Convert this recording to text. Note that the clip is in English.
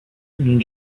and